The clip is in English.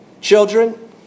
Children